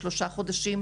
שלושה חודשים,